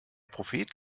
prophet